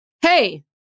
hey